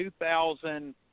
2000 –